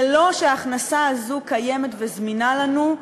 ללא שההכנסה הזאת קיימת וזמינה לנו,